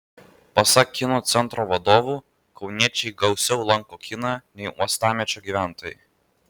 pasak kino centro vadovų kauniečiai gausiau lanko kiną nei uostamiesčio gyventojai